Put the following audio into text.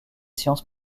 sciences